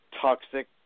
toxic